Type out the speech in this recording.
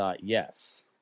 Yes